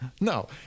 No